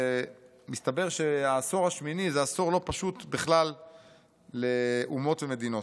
מסתבר שהעשור השמיני הוא עשור לא פשוט בכלל לאומות ומדינות.